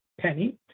Penny